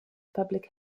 public